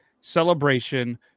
Celebration